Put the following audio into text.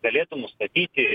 galėtų nustatyti